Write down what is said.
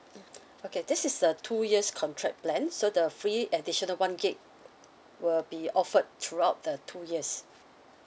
okay this is a two years contract plan so the free additional one gig will be offered throughout the two years